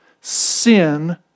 sin